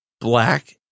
black